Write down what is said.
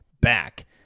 back